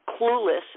clueless